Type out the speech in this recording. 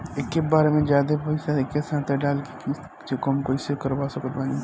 एके बार मे जादे पईसा एके साथे डाल के किश्त कम कैसे करवा सकत बानी?